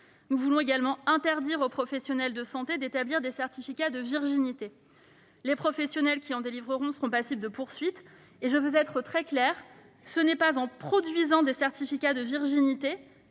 Nous voulons également interdire aux professionnels de santé d'établir des certificats de virginité. Les professionnels qui en délivreront seront passibles de poursuites. Je veux être très claire, ce n'est pas en produisant des certificats de virginité,